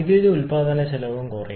വൈദ്യുതി ഉൽപാദനച്ചെലവും കുറയും